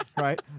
right